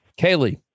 Kaylee